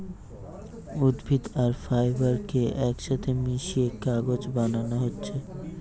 উদ্ভিদ আর ফাইবার কে একসাথে মিশিয়ে কাগজ বানানা হচ্ছে